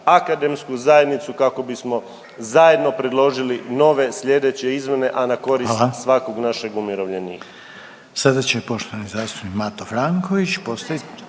akademsku zajednicu kako bismo zajedno predložili nove slijedeće izmjene, a na korist …/Upadica Reiner: